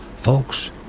folks,